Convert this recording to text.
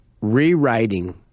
rewriting